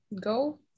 go